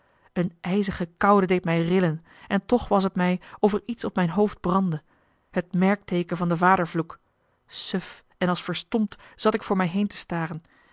eene ijzige koude deed mij rillen en toch was het mij of er iets op mijn hoofd brandde het merkteeken van den vadervloek suf en als verstompt zat ik voor mij heen te staren